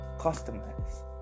customers